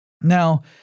Now